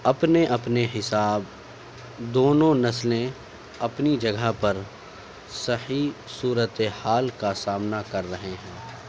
اپنے اپنے حساب دونوں نسلیں اپنی جگہ پر صحیح صورتِ حال کا سامنا کر رہے ہیں